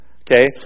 okay